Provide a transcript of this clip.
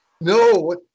No